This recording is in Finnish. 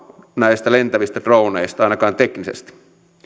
näistä lentävistä droneista ainakaan teknisesti